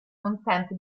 consente